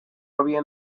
había